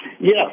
Yes